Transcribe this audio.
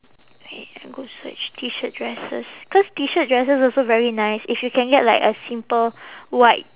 wait I go search T shirt dresses cause T shirt dresses also very nice if you can get like a simple white